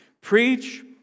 preach